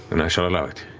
then i shall allow it.